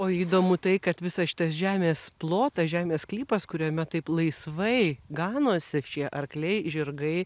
o įdomu tai kad visas šitas žemės plotą žemės sklypas kuriame taip laisvai ganosi šie arkliai žirgai